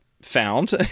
found